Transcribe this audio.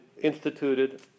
instituted